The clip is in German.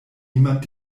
niemand